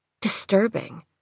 Disturbing